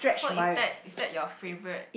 so it's that it's that your favourite